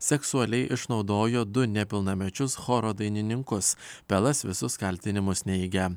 seksualiai išnaudojo du nepilnamečius choro dainininkus pelas visus kaltinimus neigia